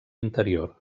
interior